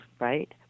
right